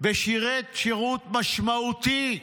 ושירת שירות משמעותי,